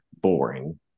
boring